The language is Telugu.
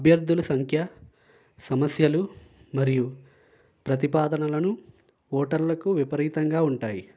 అభ్యర్థుల సంఖ్య సమస్యలు మరియు ప్రతిపాదనలను ఓటర్లకు విపరీతంగా ఉంటాయి